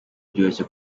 byoroshye